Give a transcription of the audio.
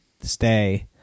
stay